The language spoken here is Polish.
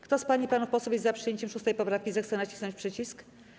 Kto z pań i panów posłów jest za przyjęciem 7. poprawki, zechce nacisnąć przycisk.